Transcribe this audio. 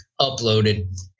uploaded